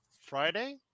Friday